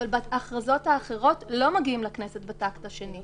אבל בהכרזות אחרות לא מגיעים לכנסת בטקט השני.